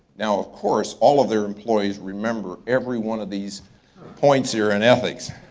now of course, all of their employees remember every one of these points here in ethics.